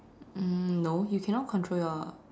um no you cannot control your